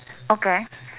okay